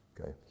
Okay